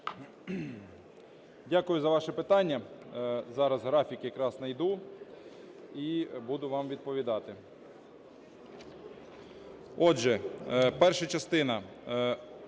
Дякую за ваше питання. Зараз графік якраз знайду і буду вам відповідати. Отже, перша частина